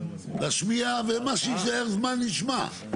להשמיע ומה שיישאר זמן נשמע,